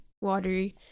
watery